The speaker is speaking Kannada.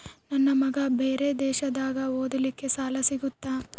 ನನ್ನ ಮಗ ಬೇರೆ ದೇಶದಾಗ ಓದಲಿಕ್ಕೆ ಸಾಲ ಸಿಗುತ್ತಾ?